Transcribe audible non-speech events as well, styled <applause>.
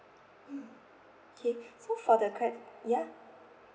okay <breath> so for the cre~ ya